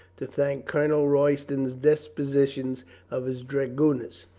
to thank colonel royston's dispositions of his dragoon ers.